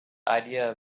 idea